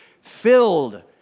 filled